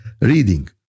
reading